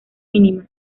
mínima